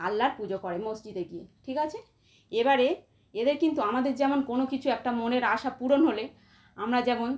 আল্লার পুজো করে মসজিদে গিয়ে ঠিক আছে এবারে এদের কিন্তু আমাদের যেমন কোনো কিছু একটা মনের আশা পূরণ হলে আমরা যেমন